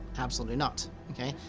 absolutely not. okay?